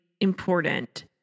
important